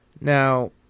Now